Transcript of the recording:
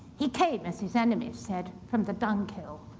he came as his enemies said, from the dunghill.